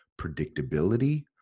predictability